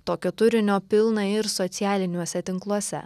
tokio turinio pilna ir socialiniuose tinkluose